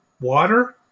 water